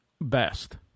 Best